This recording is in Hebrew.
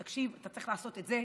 תקשיב, אתה צריך לעשות את זה,